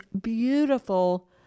beautiful